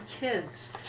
kids